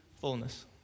fullness